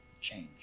change